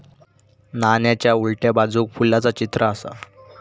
नाण्याच्या उलट्या बाजूक फुलाचा चित्र आसा